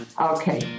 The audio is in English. Okay